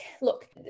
look